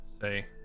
say